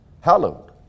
hallowed